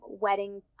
wedding